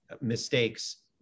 mistakes